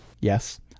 Yes